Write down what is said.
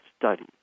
study